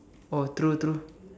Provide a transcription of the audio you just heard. oh true true